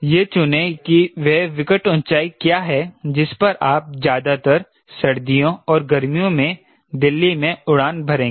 यह चुने की वह विकट ऊंचाई क्या है जिस पर आप ज्यादातर सर्दियों और गर्मियों में दिल्ली में उड़ान भरेंगे